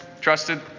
trusted